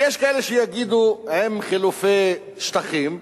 ויש כאלה שיגידו: עם חילופי שטחים,